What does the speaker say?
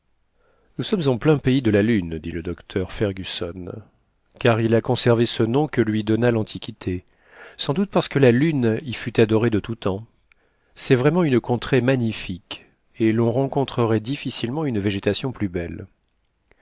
nous sommes en plein pays de la lune dit le docteur fergusson car il a conservé ce nom que lui donna l'antiquité sans doute parce que la lune y fut adorée de tout temps c'est vraiment une contrée magnifique et l'on rencontrerait difficilement une végétation plus belle